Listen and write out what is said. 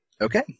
Okay